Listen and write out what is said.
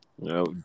No